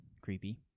creepy